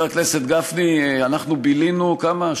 חבר הכנסת גפני, אנחנו בילינו, כמה?